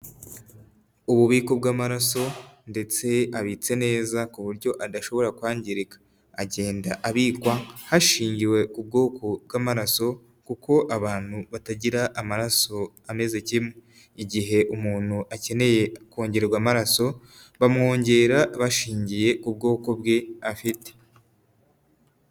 Ububiko bw'amaraso ndetse abitse neza ku buryo adashobora kwangirika agenda abikwa hashingiwe ku bwoko bw'amaraso kuko abantu batagira amaraso ameze kimwe. Igihe umuntu akeneye kongererwa amaraso bamwongera bashingiye ku bwoko bwe afite.